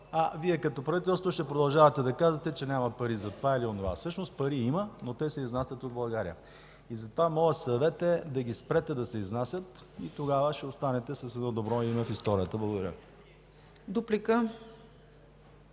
а Вие като правителство ще продължавате да казвате, че няма пари за това или онова. Всъщност пари има, но те се изнасят от България. Затова моят съвет е да ги спрете да се изнасят и тогава ще останете с едно добро име в историята. Благодаря.